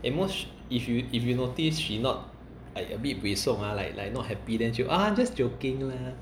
at most if you if you notice she not like a bit buay song like like not happy then you ah just joking lah